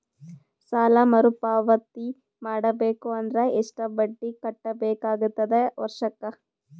ಸಾಲಾ ಮರು ಪಾವತಿ ಮಾಡಬೇಕು ಅಂದ್ರ ಎಷ್ಟ ಬಡ್ಡಿ ಕಟ್ಟಬೇಕಾಗತದ ವರ್ಷಕ್ಕ?